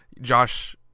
Josh